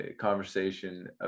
conversation